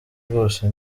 bwose